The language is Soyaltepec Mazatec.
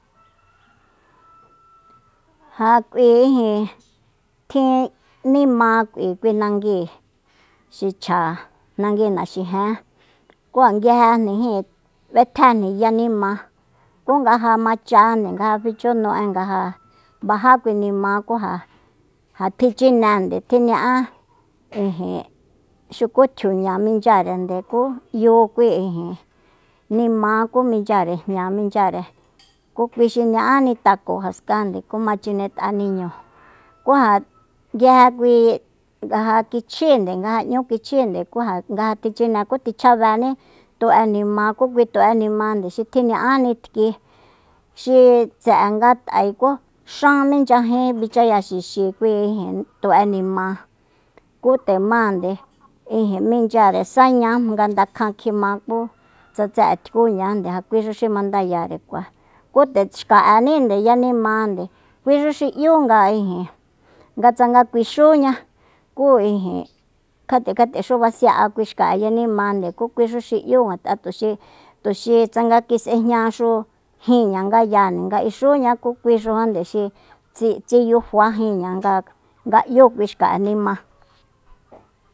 Ja k'ui tjin tjin nimá k'ui kui nangui xi chja nangui naxijen ku ja nguijejnijíin b'etjejni ya nima ku nga ja machande nga ja fichu nu'e nga ja bajá kui nima ku ja ja tjinchinende tji ña'a ijin xuku tjiuña minchyarende ku 'yu kui ijin nima ku minchyare jña minchyare ku kui xi ña'ani tako jaskande ku ma chinet'a niñu ku ja nguije kui nga ja kichjinde nga ja 'ñu kichjinde ku ja nga ja tichine ku tji chjabení tu'e nima ku kui tu'e nimande xi tjiña'áni tki xi tse'enga t'ae ku xan minchyajin bichaya xixi kui ijin ku'i tu'e nima ku nde máande minchyare sáña jmanga ndakjan kjima ku tsa tse'e tkúñande ja kuixu xi mandayare kua ku nde xka'ení nde ya nimande kuixu xi 'yú nga tsanga kuixúña ku ijin kjatekjatexu basi'a kui xka'e ya nimande kuxu xi 'yu ngat'a tuxi tuxi tsanga kis'jñaxu jinña ngayande nga ixúña ku kuixujande xi tsi- tsiyfa jínña nga- nga 'yu kui xka'e nima